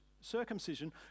circumcision